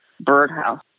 birdhouse